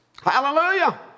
Hallelujah